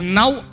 now